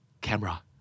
Camera